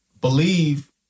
believe